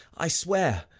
i swear,